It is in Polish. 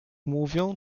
mówią